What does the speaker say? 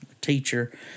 teacher